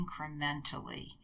incrementally